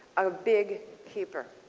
a big keeper.